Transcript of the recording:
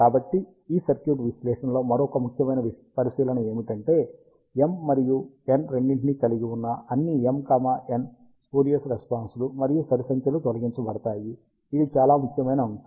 కాబట్టి ఈ సర్క్యూట్ విశ్లేషణలో మరొక ముఖ్యమైన పరిశీలన ఏమిటంటే m మరియు n రెండింటినీ కలిగి ఉన్న అన్ని m n స్పూరియస్ రెస్పాన్స్ లు మరియు సరి సంఖ్యలు తొలగించబడతాయి ఇది చాలా ముఖ్యమైన అంశం